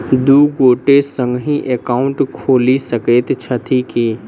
दु गोटे संगहि एकाउन्ट खोलि सकैत छथि की?